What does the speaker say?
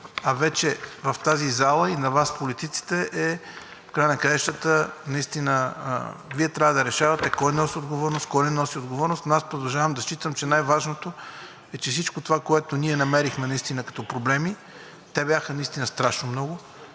а вече в тази зала и на Вас политиците в края на краищата, наистина Вие трябва да решавате кой носи отговорност, кой не носи отговорност. Продължавам да считам, че най-важното е, че всичко това, което ние намерихме, наистина като проблеми – те бяха наистина страшно много,